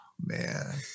man